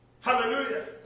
Hallelujah